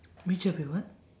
which of your what